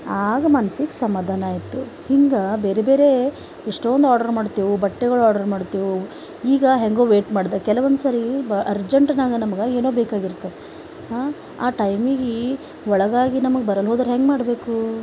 ಆಗ ಮನಸ್ಸಿಗೆ ಸಮಾಧಾನ ಆಯಿತು ಹಿಂಗ ಬೇರೆ ಬೇರೆ ಎಷ್ಟೊಂದು ಆರ್ಡರ್ ಮಾಡ್ತೇವು ಬಟ್ಟೆಗಳು ಆರ್ಡರ್ ಮಾಡ್ತೇವು ಈಗ ಹೆಂಗೋ ವೇಯ್ಟ್ ಮಾಡಿದೆ ಕೆಲವೊಂದು ಸರಿ ಬ ಅರ್ಜೆಂಟ್ನಾಗ ನಮಗ ಏನೋ ಬೇಕಾಗಿರ್ತ ಆ ಟೈಮಿಗಿ ಒಳಗಾಗಿ ನಮಗ ಬರಲ್ಲ ಹೋದರ ಹೆಂಗ ಮಾಡಬೇಕು